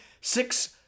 six